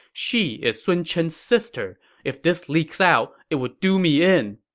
she is sun chen's sister. if this leaks out, it would do me in.